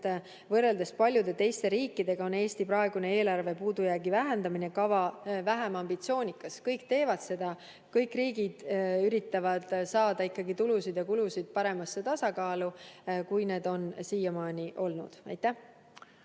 võrreldes paljude teiste riikidega on Eesti praegune eelarve puudujäägi vähendamise kava vähem ambitsioonikas. Kõik teevad seda, kõik riigid üritavad saada ikkagi tulusid ja kulusid paremasse tasakaalu, kui need on siiamaani olnud. Aitäh!